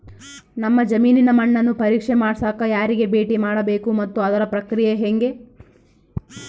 ನಮ್ಮ ಜಮೇನಿನ ಮಣ್ಣನ್ನು ಪರೇಕ್ಷೆ ಮಾಡ್ಸಕ ಯಾರಿಗೆ ಭೇಟಿ ಮಾಡಬೇಕು ಮತ್ತು ಅದರ ಪ್ರಕ್ರಿಯೆ ಹೆಂಗೆ?